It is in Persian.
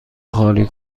خالی